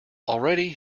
already